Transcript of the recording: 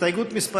הסתייגות מס'